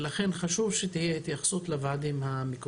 לכן חשוב שתהיה התייחסות אליהם.